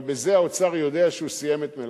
אבל בזה האוצר יודע שהוא סיים את מלאכתו.